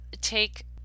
take